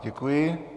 Děkuji.